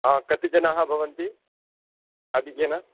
कति जनाः भवन्ति कति जन